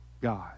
God